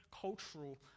cultural